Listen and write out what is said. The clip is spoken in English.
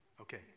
okay